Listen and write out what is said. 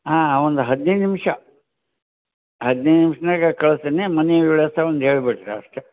ಹಾಂ ಒಂದು ಹದ್ನೈದು ನಿಮಿಷ ಹದ್ನೈದು ನಿಮಿಷನ್ಯಾಗೆ ಕಳ್ಸ್ತೀನಿ ಮನೆ ವಿಳಾಸ ಒಂದು ಹೇಳ್ಬಿಡ್ರಿ ಅಷ್ಟೇ